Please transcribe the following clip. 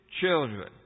children